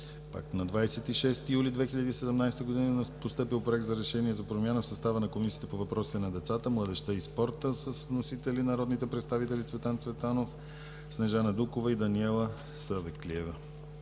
На 26 юли 2017 г. е постъпил Проект за решение за промяна в състава на Комисията по въпросите на децата, младежта и спорта с вносители народните представители Цветан Цветанов, Снежана Дукова и Даниела Савеклиева.